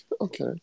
Okay